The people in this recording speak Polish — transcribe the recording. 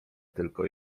tylko